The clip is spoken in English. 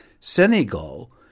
Senegal